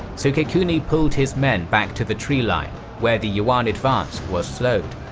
sukekuni pulled his men back to the treeline where the yuan advance was slowed.